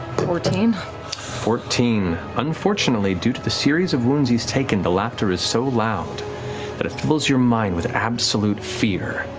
fourteen? matt fourteen. unfortunately, due to the series of wounds he's taken, the laughter is so loud that it fills your mind with absolute fear.